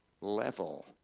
level